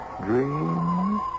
dreams